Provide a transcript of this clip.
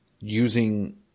using